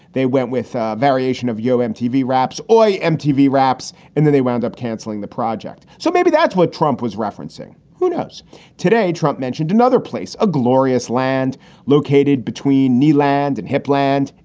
they went with a variation of yo mtv raps or mtv raps, and then they wound up canceling the project. so maybe that's what trump was referencing. who knows? today, trump mentioned another place, a glorious land located between neiland and hip land.